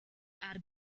are